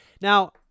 Now